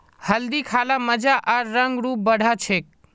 हल्दी खा ल मजा आर रंग रूप बढ़ा छेक